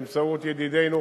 באמצעות ידידנו,